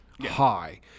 high